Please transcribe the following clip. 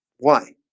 why